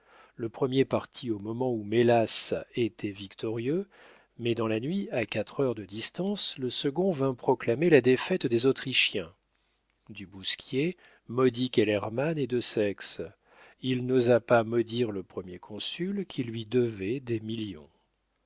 le premier partit au moment où mélas était victorieux mais dans la nuit à quatre heures de distance le second vint proclamer la défaite des autrichiens du bousquier maudit kellermann et desaix il n'osa pas maudire le premier consul qui lui devait des millions